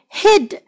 hid